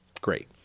great